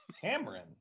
Cameron